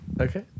Okay